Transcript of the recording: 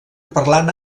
parlant